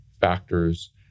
factors